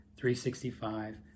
365